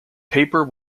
paper